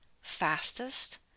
fastest